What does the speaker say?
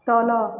ତଳ